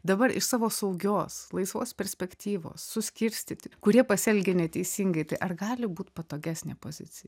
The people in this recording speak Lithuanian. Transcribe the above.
dabar iš savo saugios laisvos perspektyvos suskirstyti kurie pasielgė neteisingai tai ar gali būt patogesnė pozicija